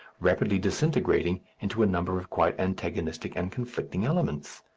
rapidly disintegrating into a number of quite antagonistic and conflicting elements.